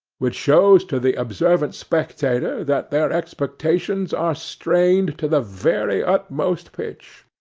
which shows to the observant spectator that their expectations are strained to the very utmost pitch.